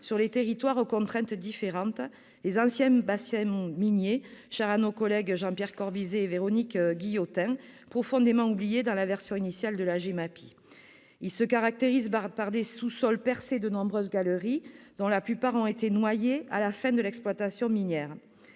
sur des territoires aux contraintes différentes : les anciens bassins miniers, chers à nos collègues Jean-Pierre Corbisez et Véronique Guillotin, profondément oubliés dans la version initiale de la GEMAPI. Très bien ! Ils se caractérisent par des sous-sols percés de nombreuses galeries, dont la plupart ont été noyées à la fin de l'exploitation minière.